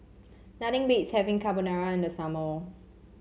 nothing beats having Carbonara in the summer